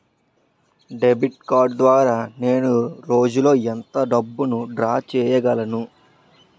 Debit card ద్వారా నేను రోజు లో ఎంత డబ్బును డ్రా చేయగలను?